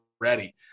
ready